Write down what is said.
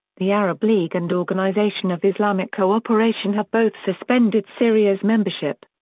the arab league and organisation of islamic cooperation have both suspended syria's membership.